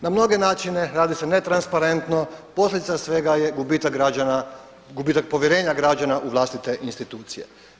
Na mnoge načine radi se netransparentno, posljedica svega je gubitak građana, gubitak povjerenja građana u vlastite institucije.